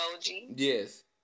Yes